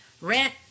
rent